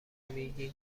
میگین